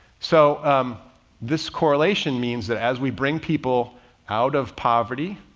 so um this correlation means that as we bring people out of poverty,